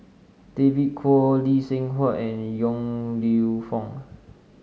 David Kwo Lee Seng Huat and Yong Lew Foong